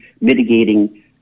mitigating